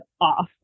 off